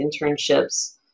internships